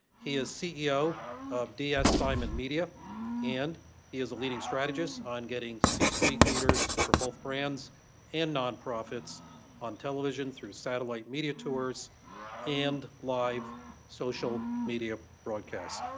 he is ceo of d s simon media and he is a leading strategists on getting c-suite leaders for both brands and non-profits on television through satellite media tours and live social media broadcasts.